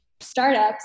startups